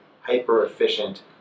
hyper-efficient